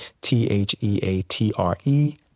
T-H-E-A-T-R-E